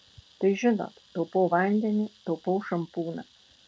tai žinot taupau vandenį taupau šampūną